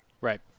Right